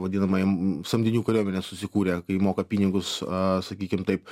vadinamaja samdinių kariuomenę susikūrę kai moka pinigus a sakykim taip